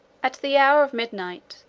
at the hour of midnight,